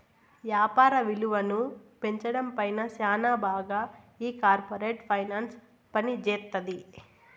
యాపార విలువను పెంచడం పైన శ్యానా బాగా ఈ కార్పోరేట్ ఫైనాన్స్ పనిజేత్తది